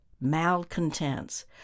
malcontents